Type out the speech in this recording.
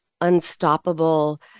unstoppable